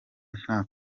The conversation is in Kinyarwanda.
nta